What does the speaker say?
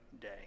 day